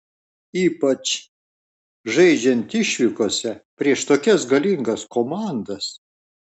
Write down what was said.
ypač žaidžiant išvykose prieš tokias galingas komandas